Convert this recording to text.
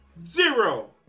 Zero